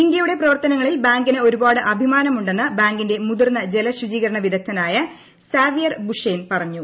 ഇന്ത്യയുടെ പ്രവർത്തനങ്ങളിൽ ബാങ്കിന് ഒരുപാട് അഭിമാനമുണ്ടെന്ന് ബാങ്കിന്റെ് മുതിർന്ന ജലശുചീകരണ വിദഗ്ധനായ സാവിയർ ബുഷേൻ പറഞ്ഞു